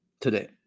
today